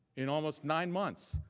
in almost nine months.